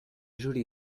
joli